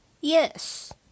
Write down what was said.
Yes